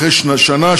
אחרי שנה,